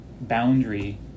boundary